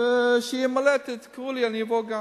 וכשיהיה מלא תקראו לי ואני גם אבוא.